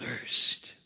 thirst